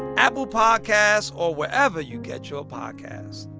apple podcasts or wherever you get your podcasts